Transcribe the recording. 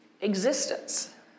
existence